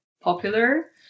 popular